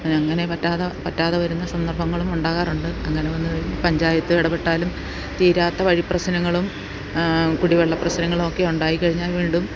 അങ്ങനെ പറ്റാതെ പറ്റാതെ വരുന്ന സന്ദർഭങ്ങളും ഉണ്ടാകാറുണ്ട് അങ്ങനെ വന്ന് കഴി പഞ്ചായത്ത് ഇടപെട്ടാലും തീരാത്ത വഴി പ്രശ്നങ്ങളും കുടിവെള്ള പ്രശ്നങ്ങൾ ഒക്കെ ഉണ്ടായി കഴിഞ്ഞാൽ വീണ്ടും